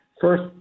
first